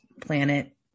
planet